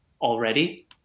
already